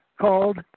called